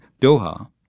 Doha